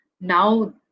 now